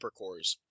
hypercores